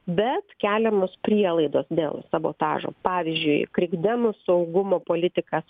bet keliamos prielaidos dėl sabotažo pavyzdžiui krikdemų saugumo politikas